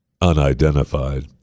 unidentified